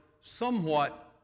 somewhat